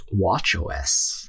watchOS